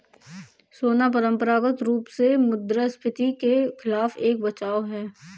सोना परंपरागत रूप से मुद्रास्फीति के खिलाफ एक बचाव है